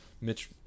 Mitch